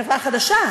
חברה חדשה,